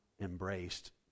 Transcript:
embraced